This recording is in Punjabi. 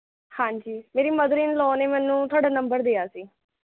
ਹਾਂਜੀ ਮੇਰੀ ਮਦਰ ਇਨ ਲੋ ਨੇ ਮੈਨੂੰ ਤੁਹਾਡਾ ਨੰਬਰ ਦਿਆ ਸੀ